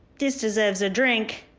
this deserves a drink.